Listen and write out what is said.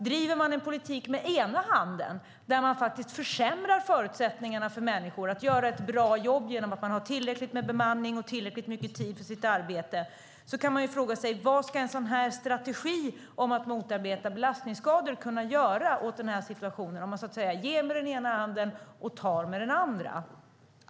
Drivs en politik där man faktiskt försämrar förutsättningarna för människor att göra ett bra jobb genom att ha för låg bemanning frågar jag mig vad en sådan här strategi om att motarbeta belastningsskador ska kunna göra åt situationen. Man ger med den ena handen och tar med den andra.